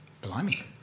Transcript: Blimey